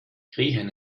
krähen